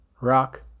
rock